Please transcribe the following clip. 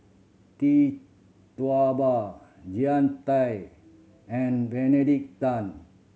Tee Tua Ba Jean Tay and Benedict Tan